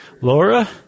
Laura